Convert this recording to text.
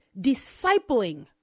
discipling